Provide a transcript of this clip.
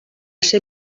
ser